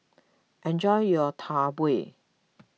enjoy your Tau Huay